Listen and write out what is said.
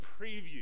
preview